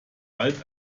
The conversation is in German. bald